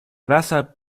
basa